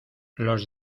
los